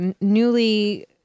newly